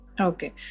Okay